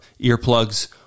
earplugs